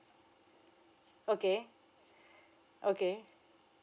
okay okay